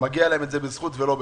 מגיע להם בזכות ולא בחסד.